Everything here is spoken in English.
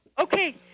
Okay